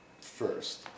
first